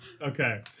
Okay